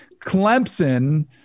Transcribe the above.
clemson